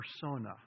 persona